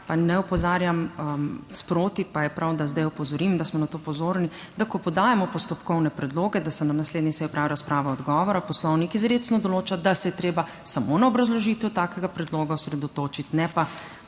pa ne opozarjam sproti, pa je prav, da zdaj opozorim, da smo na to pozorni, da ko podajamo postopkovne predloge, da se na naslednji seji opravi razprava odgovora. Poslovnik izrecno določa, da se je treba samo na obrazložitev takega predloga osredotočiti, ne pa